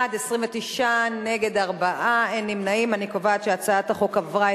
ההצעה להעביר את הצעת חוק המפלגות (תיקון מס'